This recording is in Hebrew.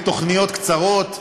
לתוכניות קצרות,